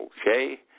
Okay